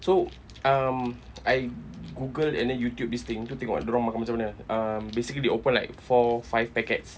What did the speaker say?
so um I google and then youtube this thing cuba tengok dia orang makan macam mana um basically they open like four five packets